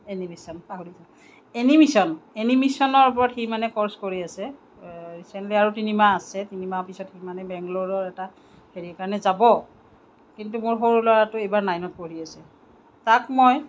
animation পাহৰি থাকিলোঁ animation এনিমিশ্যনৰ ওপৰত সি মানে কৰ্চ কৰি আছে ৰিচেণ্টলি আৰু তিনিমাহ আছে তিনি মাহ পিছত সি মানে বেংলুৰৰ এটা হেৰি কাৰণে যাব কিন্তু মোৰ সৰু ল'ৰাটো এইবাৰ নাইনত পঢ়ি আছে তাক মই